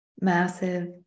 massive